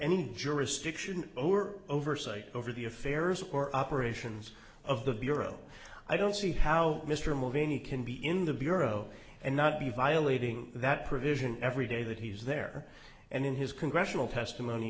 any jurisdiction over oversight over the affairs or operations of the bureau i don't see how mr movingly can be in the bureau and not be violating that provision every day that he was there and in his congressional testimony